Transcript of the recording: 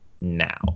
now